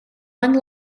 one